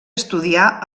estudià